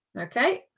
Okay